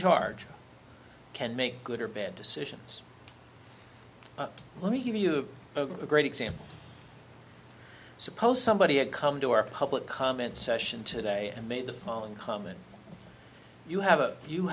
charge can make good or bad decisions let me give you a great example suppose somebody had come to our public comment session today and made the following comment you have a you